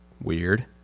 Weird